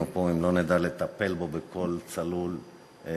פה אם לא נדע לטפל בהן בקול צלול וברור.